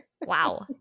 Wow